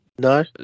No